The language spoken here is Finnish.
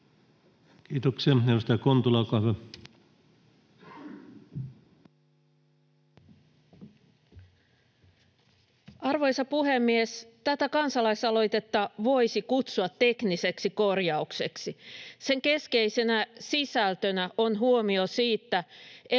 Kiitoksia. — Edustaja Kontula, olkaa hyvä. Arvoisa puhemies! Tätä kansalaisaloitetta voisi kutsua tekniseksi korjaukseksi. Sen keskeisenä sisältönä on huomio siitä, että